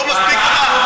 לא מספיק לך?